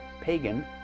pagan